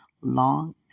long